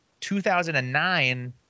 2009